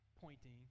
pointing